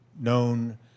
known